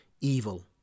evil